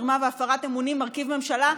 מרמה והפרת אמונים מרכיב ממשלה,